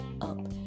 up